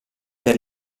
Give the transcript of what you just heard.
per